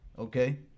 Okay